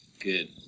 Good